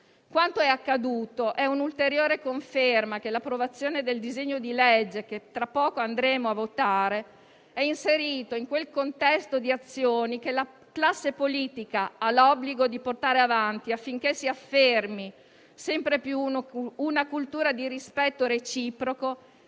Quanto è accaduto è un'ulteriore conferma che l'approvazione del disegno di legge, che tra poco voteremo, si inserisce in quel contesto di azioni che la classe politica ha l'obbligo di portare avanti affinché si affermi sempre più una cultura di rispetto reciproco